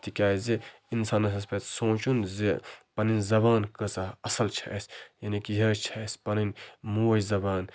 تِکیازِ اِنسانَس حظ پَزِ سونٛچُن زِ پَنٕنۍ زَبان کۭژاہ اَصٕل چھِ اَسہِ یعنی کہِ یہِ حظ چھِ اَسہِ پَنٕنۍ موج زبان